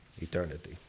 eternity